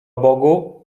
bogu